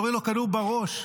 יורים לו כדור בראש.